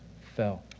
fell